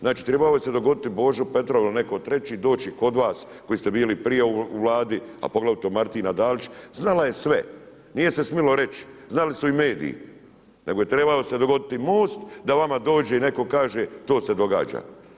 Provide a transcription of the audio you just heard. Znači trebao se dogoditi Božo Petrov ili netko treći, doći kod vas koji ste bili prije u Vladi a poglavito Martina Dalić, znala je sve, nije se smjelo reći, znali su i mediji, nego je trebao se dogoditi MOST da vama dođe i netko kaže to se događa.